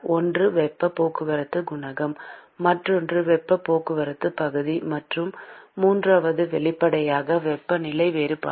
ஒன்று வெப்பப் போக்குவரத்துக் குணகம் மற்றொன்று வெப்பப் போக்குவரத்துப் பகுதி மற்றும் மூன்றாவது வெளிப்படையாக வெப்பநிலை வேறுபாடு